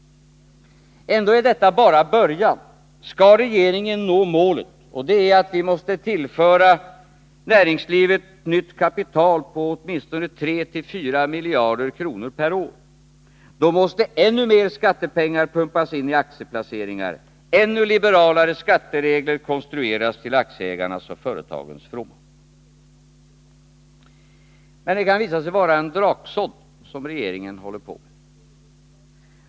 Ändå är detta bara början. Skall regeringen nå målet, som är att tillföra näringslivet nytt kapital på åtminstone 34 miljarder kronor per år, måste ännu mer skattepengar pumpas in i aktieplaceringar, ännu liberalare skatteregler konstrueras till aktieägarnas och företagens fromma. Men det kan visa sig vara en draksådd som regeringen håller på med.